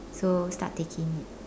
so start taking it